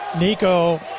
Nico